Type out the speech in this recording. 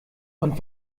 und